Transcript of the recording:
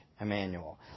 Emmanuel